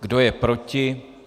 Kdo je proti?